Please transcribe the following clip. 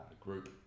group